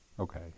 Okay